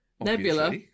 Nebula